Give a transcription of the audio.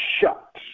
shut